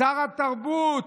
שר התרבות,